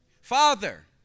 Father